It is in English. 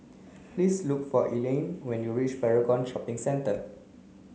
please look for Elayne when you reach Paragon Shopping Centre